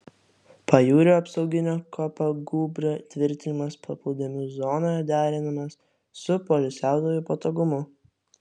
pajūrio apsauginio kopagūbrio tvirtinimas paplūdimių zonoje derinamas su poilsiautojų patogumu